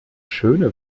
schöne